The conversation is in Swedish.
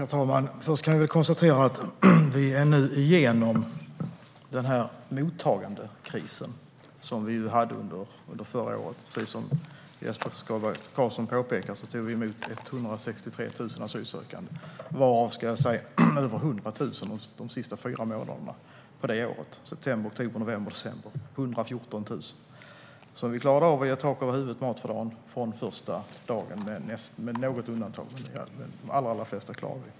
Herr talman! Först kan vi konstatera att vi nu är igenom mottagandekrisen som vi hade under förra året. Vi tog, som Jesper Skalberg Karlsson påpekade, emot 163 000 asylsökande förra året, varav 114 000 de sista fyra månaderna september-december. Vi klarade av att ge dem tak över huvudet och mat för dagen från första dagen, med något undantag. Men de allra flesta klarade vi av.